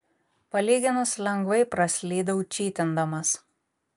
palyginus lengvai praslydau čytindamas